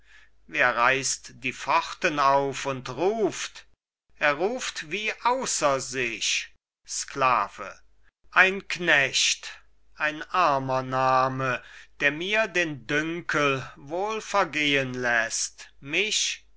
wer reißt die pforten auf und ruft er ruft wie außer sich sklave ein knecht ein armer name der mir den dünkel wohl vergehen läßt mich